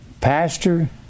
pastor